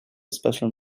special